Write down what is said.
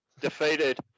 Defeated